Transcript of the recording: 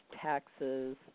taxes